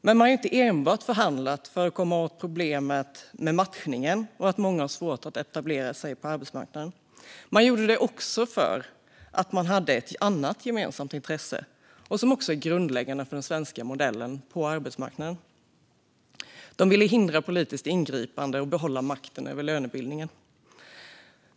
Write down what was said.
Men de har inte förhandlat enbart för att komma åt problemen med matchningen och med att många har svårt att etablera sig på arbetsmarknaden; de har också förhandlat för att de hade ett annat gemensamt intresse som även det är grundläggande för den svenska modellen på arbetsmarknaden: De ville hindra politiskt ingripande och behålla makten över lönebildningen.